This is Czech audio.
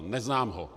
Neznám ho.